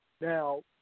Now